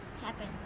happen